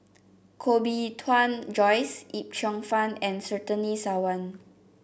Koh Bee Tuan Joyce Yip Cheong Fun and Surtini Sarwan